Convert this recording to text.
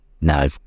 No